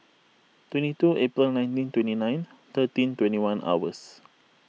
twenty two April nineteen twenty nine thirteen twenty one hours